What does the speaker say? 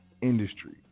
industry